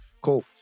Cool